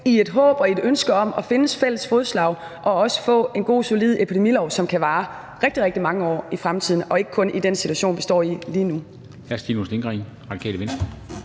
et håb og et ønske om at finde fælles fodslag og også få en god, solid epidemilov, som kan vare rigtig, rigtig mange år i fremtiden og ikke kun i den situation, vi står i lige nu.